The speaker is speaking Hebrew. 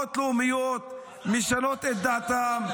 תנועות לאומיות משנות את דעתן.